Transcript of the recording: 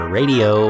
radio